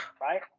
right